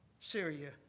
Syria